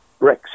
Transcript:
Brexit